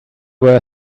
were